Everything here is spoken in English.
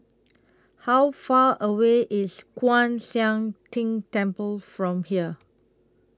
How Far away IS Kwan Siang Tng Temple from here